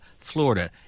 Florida